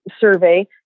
survey